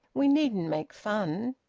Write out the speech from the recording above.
we needn't make fun.